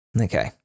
Okay